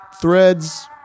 threads